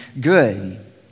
good